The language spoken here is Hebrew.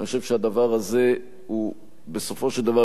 אני חושב שהדבר הזה הוא בסופו של דבר,